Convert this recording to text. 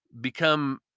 become